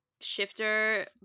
shifter